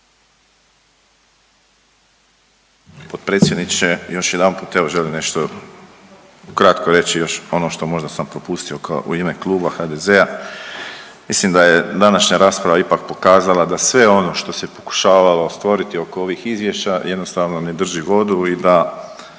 Potpredsjedniče, još jedanput evo želim nešto kratko reći još ono što možda sam propustio kao u ime Kluba HDZ-a. Mislim da je današnja rasprava ipak pokazala da sve ono što se pokušavalo stvoriti oko ovih izvješća jednostavno ne drži vodu i da